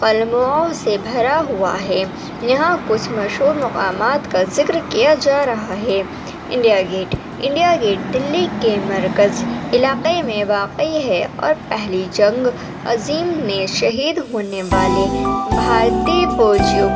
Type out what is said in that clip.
قلمؤں سے بھرا ہوا ہے یہاں کچھ مشہور مقامات کا ذکر کیا جا رہا ہے India Gate India Gate Delhi کے مرکز علاقے میں واقع ہے اور پہلی جنگ عظیم میں شہید ہونے والے بھارتیے فوجیوں